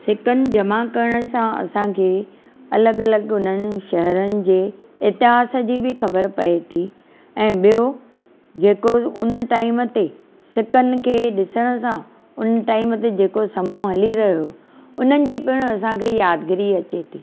सिकनि जमां करण सां असांखे अलॻि अलॻि हुननि शहरनि जे इतिहास जी बि ख़बरु पए थी ऐं ॿियो जेको उन टाइम ते सिकनि खे ॾिसण सां उन टाइम ते जेको समो हली रहियो उन्हनि जी पिणु असांखे यादगिरी अचे थी